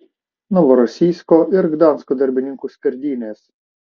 novorosijsko ir gdansko darbininkų skerdynės